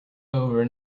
over